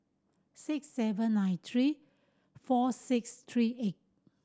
six seven nine three four six three eight